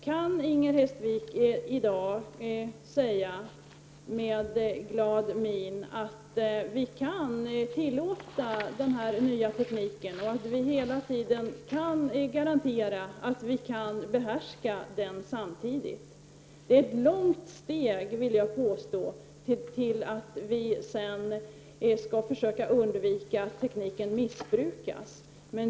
Kan Inger Hestvik i dag med glad min säga att vi kan tillåta den här nya tekniken och att vi hela tiden kan garantera att vi kan behärska den? Jag vill påstå att det är ett långt steg att försöka undvika att tekniken missbrukas.